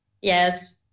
Yes